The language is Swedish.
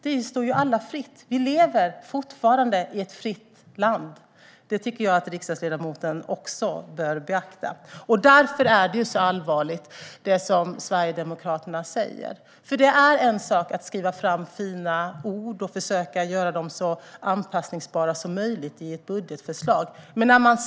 Det står alla fritt att göra så. Vi lever fortfarande i ett fritt land. Det tycker jag att riksdagsledamoten också bör beakta. Därför är det som Sverigedemokraterna säger så allvarligt. Det är en sak att skriva fina ord och göra dem så anpassbara som möjligt i ett budgetförslag.